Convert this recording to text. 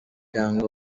cyangwa